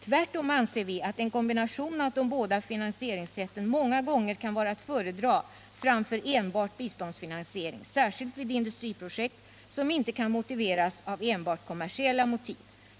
Tvärtom anser vi att en kombination av de båda finansieringssätten många gånger kan vara att föredra framför enbart biståndsfinansiering, särskilt vid industriprojekt, som inte kan motiveras av enbart kommersiella motiv.